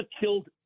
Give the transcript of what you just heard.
killed